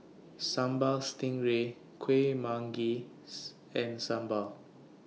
Sambal Stingray Kuih Manggis and Sambal